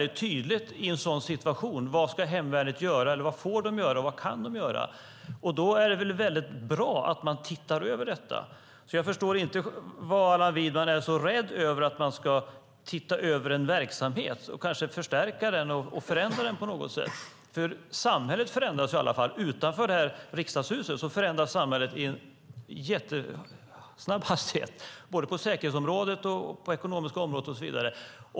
I en sådan situation ska det vara väldigt tydligt vad hemvärnet får och kan göra. Då är det väl väldigt bra att man tittar över detta. Jag förstår inte varför Allan Widman är så rädd för att man ska titta över en verksamhet och kanske förstärka den och förändra den på något sätt. Samhället förändras i alla fall. Utanför det här Riksdagshuset förändras samhället i jättehög hastighet, både på säkerhetsområdet och på det ekonomiska området.